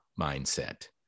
mindset